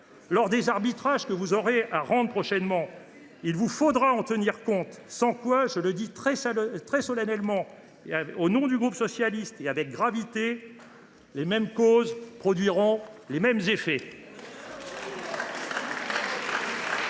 Lors des arbitrages que vous aurez à rendre prochainement, il vous faudra en tenir compte, sans quoi, je le dis très solennellement, au nom du groupe socialiste, et avec gravité : les mêmes causes produiront les mêmes effets.